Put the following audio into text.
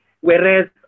whereas